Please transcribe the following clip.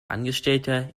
angestellter